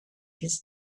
his